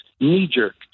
knee-jerk